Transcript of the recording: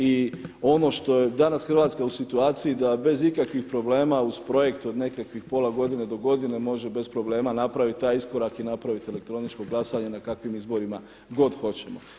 I ono što je danas Hrvatska u situaciji da bez ikakvih problema uz projekt od nekakvih pola godine do godine može bez problema napraviti taj iskorak i napraviti elektroničko glasanje na kakvim izborima god hoćemo.